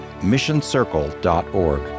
missioncircle.org